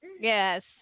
Yes